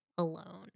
Alone